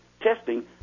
testing